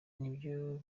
nibyo